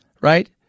right